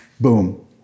boom